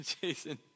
Jason